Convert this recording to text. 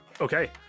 Okay